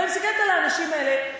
אבל אני מסתכלת על האנשים האלה,